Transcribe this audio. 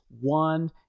one